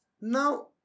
Now